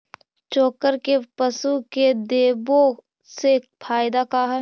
चोकर के पशु के देबौ से फायदा का है?